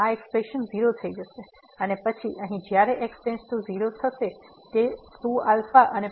તેથી આ એક્સપ્રેશન 0 થઈ જશે અને પછી અહીં જ્યારે x → 0 છે તે 2α અને પછી -β